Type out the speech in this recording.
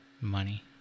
money